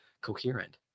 coherent